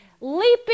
leaping